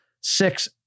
six